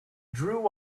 drew